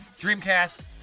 Dreamcast